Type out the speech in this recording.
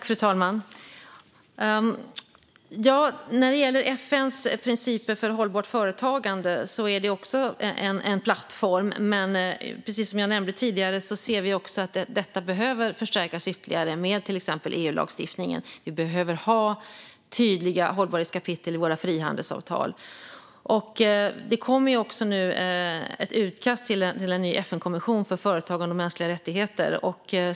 Fru talman! FN:s principer för hållbart företagande är också en plattform. Men precis som jag nämnde tidigare ser vi att detta behöver förstärkas ytterligare med till exempel EU-lagstiftningen. Vi behöver ha tydliga hållbarhetskapitel i våra frihandelsavtal. Det kommer nu ett utkast till en ny FN-konvention för företagande och mänskliga rättigheter.